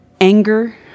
anger